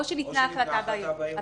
או שניתנה החלטה בערעור.